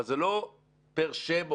אבל זה לא פר שם,